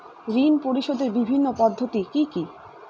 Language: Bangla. ঋণ পরিশোধের বিভিন্ন পদ্ধতি কি কি?